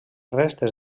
restes